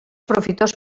profitós